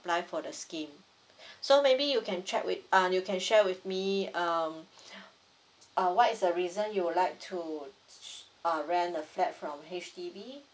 for the scheme so maybe you can check with uh you can share with me um uh what is the reason you would like to uh rent a flat from H_D_B